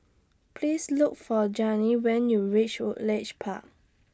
Please Look For Janine when YOU REACH Woodleigh Park